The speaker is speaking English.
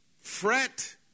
Fret